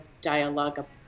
dialogue